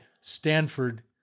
Stanford